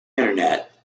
internet